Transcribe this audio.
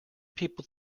people